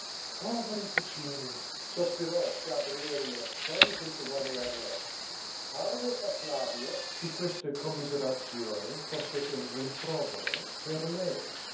poveri piccini sospirò gabriele quasi senza volerlo parve a flavia che questa commiserazione fosse un rimprovero per lei